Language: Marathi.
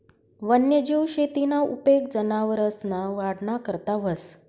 वन्यजीव शेतीना उपेग जनावरसना वाढना करता व्हस